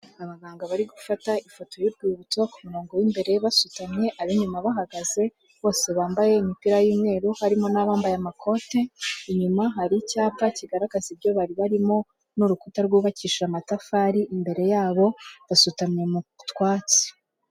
Abaganga bari gufata ifoto y'urwibutso ku murongo w'imbere basutamye, ab'inyuma bahagaze, bose bambaye imipira y'umweru, harimo n'abambaye amakote, inyuma hari icyapa kigaragaza ibyo bari barimo n'urukuta rwubakishije amatafari imbere yabo, basutamye mu twatsi.